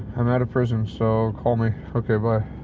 i'm out of prison, so call me. okay, bye.